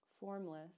formless